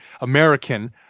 American